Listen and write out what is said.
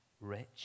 rich